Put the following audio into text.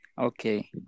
Okay